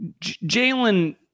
Jalen